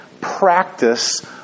practice